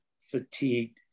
fatigue